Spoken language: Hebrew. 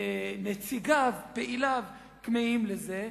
נציגיו, פעיליו, כמהים לזה.